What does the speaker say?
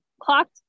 clocked